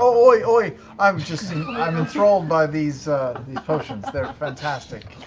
um oi, oi, i was just i'm enthralled by these potions, they're fantastic,